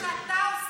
זה מה שאתה עושה כרגע.